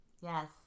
Yes